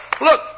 look